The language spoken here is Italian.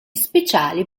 speciali